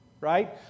right